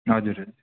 हजुर